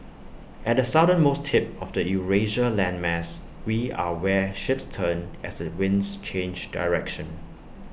at the southernmost tip of the Eurasia landmass we are where ships turn as the winds change direction